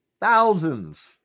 Thousands